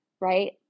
right